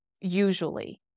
usually